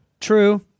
True